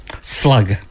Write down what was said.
Slug